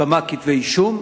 כמה כתבי אישום,